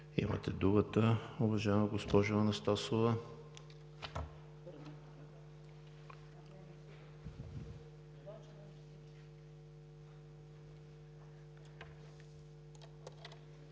Имате думата, уважаема госпожо Анастасова.